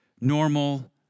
normal